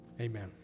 amen